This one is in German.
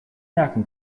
merken